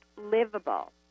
livable